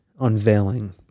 unveiling